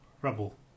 rubble